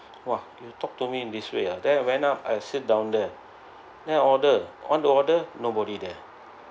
!wah! you talk to me in this way ah then I went up I sit down there then I order want to order nobody there